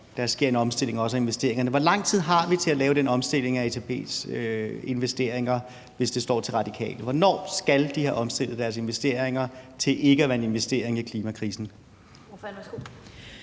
der sker en omstilling, også af investeringerne: Hvor lang tid har vi til at lave den omstilling af ATP's investeringer, hvis det står til Radikale? Hvornår skal de have omstillet deres investeringer til ikke at være en investering i klimakrisen?